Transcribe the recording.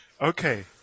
Okay